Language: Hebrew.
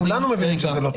כולנו מבינים שזה לא טוב.